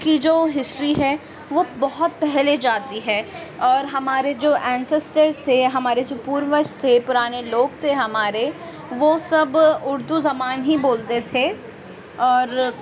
کی جو ہسٹری ہے وہ بہت پہلے جاتی ہے اور ہمارے جو اینسسٹر تھے ہمارے جو پروج تھے پرانے لوگ تھے ہمارے وہ سب اردو زبان ہی بولتے تھے اور